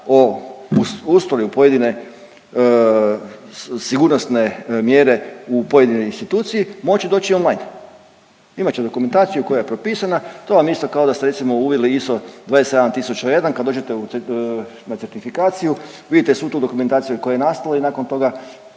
o ustroju pojedine sigurnosne mjere u pojedinoj instituciji moći doći on line. Imat će dokumentaciju koja je propisana to vam je isto kao da ste recimo uveli … 27 tisuća … kad dođete na certifikaciju vidite svu tu dokumentaciju koja je nastala i nakon toga